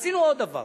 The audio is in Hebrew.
עשינו עוד דבר.